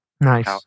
Nice